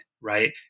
right